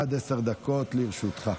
עד עשר דקות לרשותך.